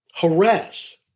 harass